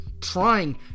trying